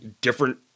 different